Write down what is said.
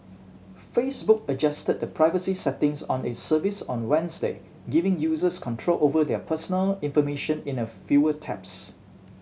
Facebook adjusted the privacy settings on its service on Wednesday giving users control over their personal information in a fewer taps